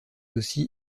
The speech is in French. aussi